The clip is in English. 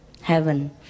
heaven